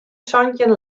santjin